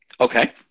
okay